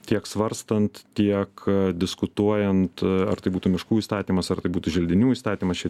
tiek svarstant tiek diskutuojant ar tai būtų miškų įstatymas ar tai būtų želdinių įstatymas čia